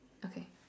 okay